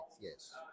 yes